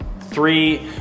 three